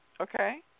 Okay